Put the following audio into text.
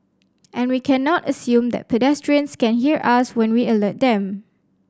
and we cannot assume that pedestrians can hear us when we alert them